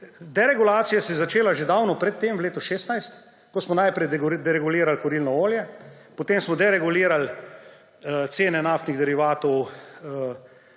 deregulacija se je začela že davno pred tem v letu 2016, ko smo najprej deregulirali kurilno olje, potem smo deregulirali cene naftnih derivatov